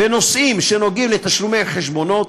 בנושאים שנוגעים בתשלומי חשבונות,